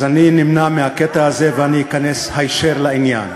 אז אני נמנע מהקטע הזה ואני אכנס הישר לעניין.